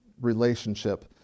relationship